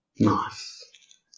Nice